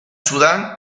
sudán